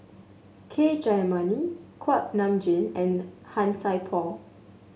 K Jayamani Kuak Nam Jin and Han Sai Por